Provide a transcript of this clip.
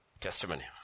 Testimony